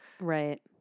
Right